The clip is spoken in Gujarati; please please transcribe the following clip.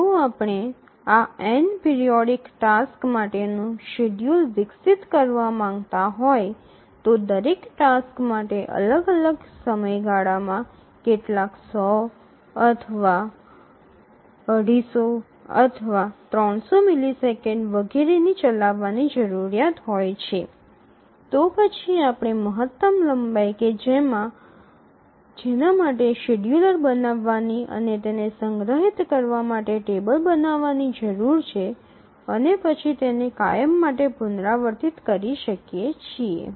જો આપણે આ n પિરિયોડિક ટાસક્સ માટેનું શેડ્યૂલ વિકસિત કરવા માંગતા હોય તો દરેક ટાસ્ક માટે અલગ અલગ સમયગાળામાં કેટલાક ૧00 અથવા ૨૫0 અથવા ૩00 મિલિસેકંડ વગેરેની ચલાવવાની જરૂરિયાત હોય છે તો પછી આપણે મહત્તમ લંબાઈ કે જેના માટે શેડ્યૂલ બનાવવાની અને તેને સંગ્રહિત કરવા માટે ટેબલ બનાવવાની જરૂર છે અને પછી આપણે તેને કાયમ માટે પુનરાવર્તિત કરી શકીએ છીએ